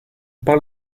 parle